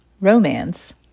romance